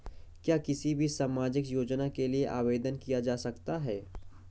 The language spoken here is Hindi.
क्या किसी भी सामाजिक योजना के लिए आवेदन किया जा सकता है?